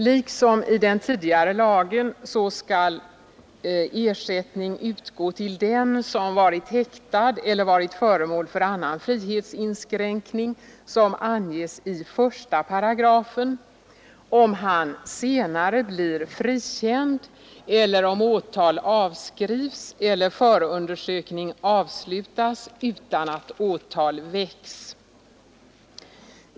Liksom i den tidigare lagen skall ersättning utgå till den som varit häktad eller varit föremål för annan frihetsinskränkning, som anges i I §, om han senare blir frikänd eller om åtal avskrives eller förundersökning avslutas utan att åtal väcks.